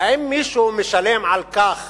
האם מישהו משלם על כך